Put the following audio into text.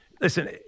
listen